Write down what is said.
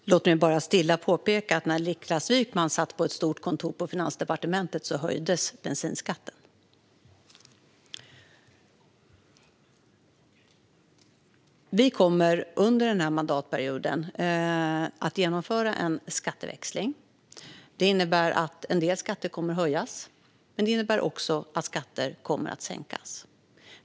Fru talman! Låt mig bara stilla påpeka att när Niklas Wykman satt i ett stort kontor på Finansdepartementet höjdes bensinskatten. Vi kommer under denna mandatperiod att genomföra en skatteväxling. Det innebär att en del skatter kommer att höjas. Men det innebär också att skatter kommer att sänkas.